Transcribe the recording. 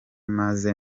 maze